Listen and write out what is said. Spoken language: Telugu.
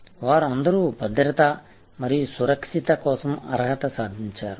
వారు అందరూ భద్రత మరియు సురక్షిత కోసం అర్హత సాధించారు